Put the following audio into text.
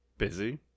Busy